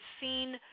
seen